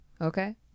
Okay